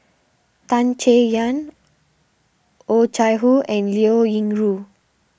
Tan Chay Yan Oh Chai Hoo and Liao Yingru